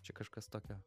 čia kažkas tokio